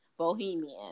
bohemian